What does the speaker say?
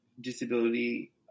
disability